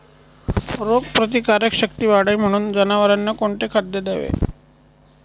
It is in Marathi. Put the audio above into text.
रोगप्रतिकारक शक्ती वाढावी म्हणून जनावरांना कोणते खाद्य द्यावे?